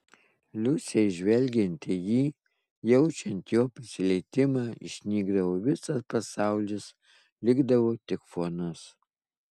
liusei žvelgiant į jį jaučiant jo prisilietimą išnykdavo visas pasaulis likdavo tik fonas